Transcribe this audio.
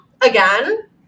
again